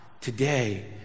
today